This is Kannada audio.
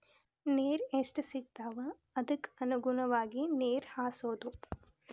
ನೇರ ಎಷ್ಟ ಸಿಗತಾವ ಅದಕ್ಕ ಅನುಗುಣವಾಗಿ ನೇರ ಹಾಸುದು